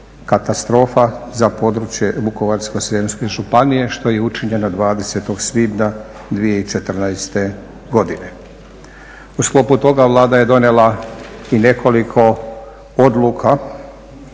katastrofa za područje Vukovarsko-srijemske županije što je učinjeno 20. svibnja 2014. godine. U sklopu toga Vlada je donijela i nekoliko odluka,